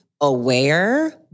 aware